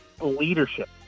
leadership